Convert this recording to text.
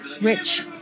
rich